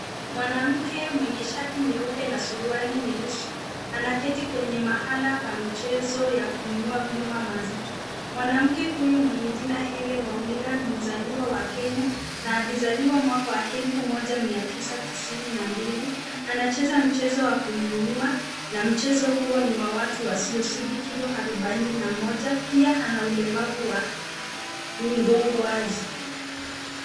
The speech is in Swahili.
Mwanamke mwenye shati nyeupe na suruali nyeusi, anaketi kwenye mahala pa michezo ya kuinua chuma mazito. Mwanamke huyu mwenye jina ya Hellen Wawira ni mzaliwa wa kenya na alizaliwa mwaka wa 1992, anacheza mchezo wa kuinua na mchezo huo ni wa watu wasiozidi kilo arubaini na moja, pia ana ulemavu wa mgongo wazi.